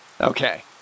Okay